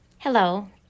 Hello